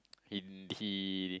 him he